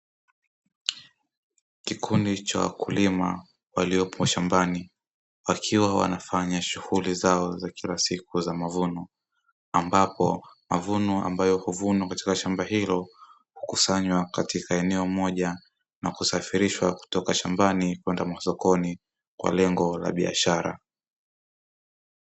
Kikundi cha wakulima waliopo shambani wakiwa wanafanya shughuli zao za kila siku za mavuno, ambapo mavuno ambayo huvunwa katika shamba hilo hukusanywa katika eneo moja, na kusafirishwa kutoka shambani kwenda masokoni kwa lengo la biashara.